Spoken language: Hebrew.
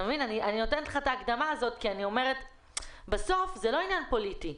אני נותנת לך את ההקדמה הזאת כי בסוף זה לא עניין פוליטי,